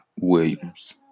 Williams